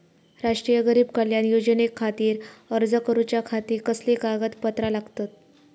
राष्ट्रीय गरीब कल्याण योजनेखातीर अर्ज करूच्या खाती कसली कागदपत्रा लागतत?